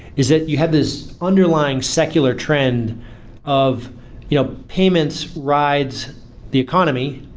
is that you have this underlying secular trend of you know payments rides the economy,